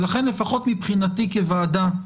ולכן לפחות מבחינתי כוועדה,